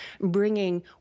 bringing